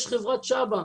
יש את חברת ש.ב.א ,